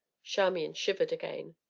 charmian shivered again.